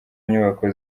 nyubako